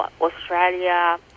Australia